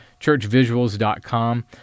ChurchVisuals.com